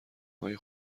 های